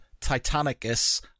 Titanicus